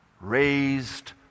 Raised